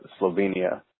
Slovenia